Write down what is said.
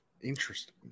Interesting